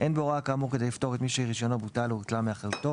אין בהוראה כאמור כדי לפטור את מי שרישיונו בוטל או הותלה מאחריותו